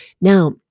Now